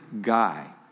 guy